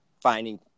finding